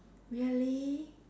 really